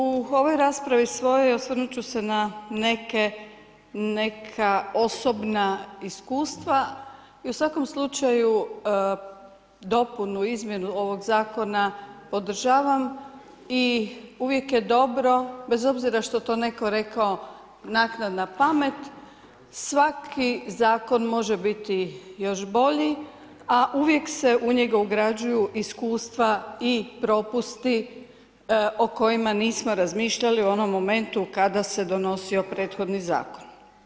U ovoj raspravi svojoj osvrnut ću se na neka osobna iskustva i u svakom slučaju dopunu, izmjenu ovog zakona podržavam i uvijek je dobro bez obzira što to netko rekao naknadna pamet svaki zakon može biti još bolji, a uvijek se u njega ugrađuju iskustva i propusti o kojima nismo razmišljali u onom momentu kada se donosio prethodni zakon.